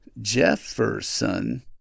Jefferson